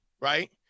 right